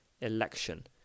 election